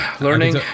Learning